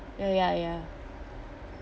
ya ya ya